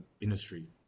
industry